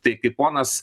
tai kai ponas